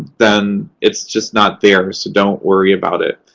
then it's just not there, so don't worry about it.